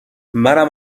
منم